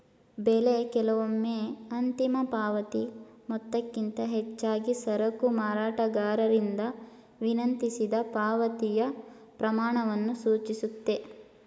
ಬೆಲೆ ಕೆಲವೊಮ್ಮೆ ಅಂತಿಮ ಪಾವತಿ ಮೊತ್ತಕ್ಕಿಂತ ಹೆಚ್ಚಾಗಿ ಸರಕು ಮಾರಾಟಗಾರರಿಂದ ವಿನಂತಿಸಿದ ಪಾವತಿಯ ಪ್ರಮಾಣವನ್ನು ಸೂಚಿಸುತ್ತೆ